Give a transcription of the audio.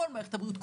כל מערכת הבריאות,